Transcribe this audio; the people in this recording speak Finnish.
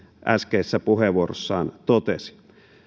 äskeisessä puheenvuorossaan totesi